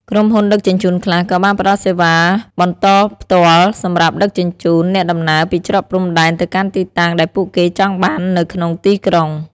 ក្រុមហ៊ុនដឹកជញ្ជូនខ្លះក៏បានផ្តល់សេវាបន្តផ្ទាល់សម្រាប់ដឹកជញ្ជូនអ្នកដំណើរពីច្រកព្រំដែនទៅកាន់ទីតាំងដែលពួកគេចង់បាននៅក្នុងទីក្រុង។